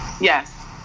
Yes